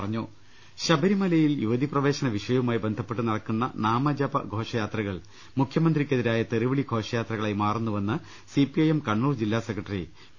്്്്്് ശബരിമലയിൽ യുവതി പ്രവേശന വിഷയവുമായി ബന്ധപ്പെട്ട് നടക്കുന്ന നാമജപഘോഷയാത്രകൾ മുഖ്യമന്ത്രിക്കെതിരായ തെറിവിളിഘോഷ യാത്രകളായി മാറുന്നുവെന്ന് C P I M Kannur ജില്ലാ സെക്രട്ടറി പി